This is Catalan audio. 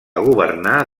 governar